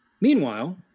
Meanwhile